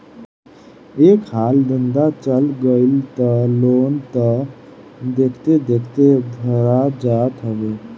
एक हाली धंधा चल गईल तअ लोन तअ देखते देखत भरा जात हवे